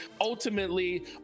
ultimately